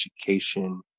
education